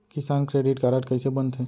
किसान credit card कइसे बनथे?